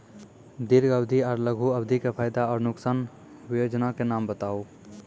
दीर्घ अवधि आर लघु अवधि के फायदा आर नुकसान? वयोजना के नाम बताऊ?